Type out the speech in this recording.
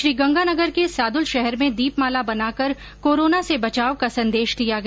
श्रीगंगानगर के सादूल शहर में दीपमाला बनाकर कोरोना से बचाव का संदेश दिया गया